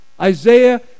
Isaiah